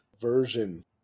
version